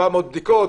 700 בדיקות.